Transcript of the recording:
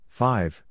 five